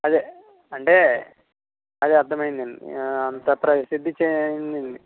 అదే అంటే అదే అర్థమైంది అండి అంత ప్రసిద్ధి చెందింది